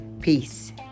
Peace